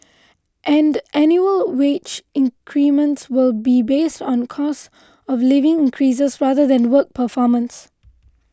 and annual wage increments will be based on cost of living increases rather than work performance